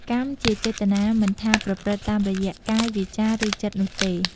កម្ម ជាចេតនា មិនថាប្រព្រឹត្តតាមរយៈ កាយ វាចា ឬ ចិត្ត នោះទេ។